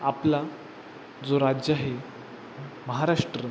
आपला जो राज्य आहे महाराष्ट्र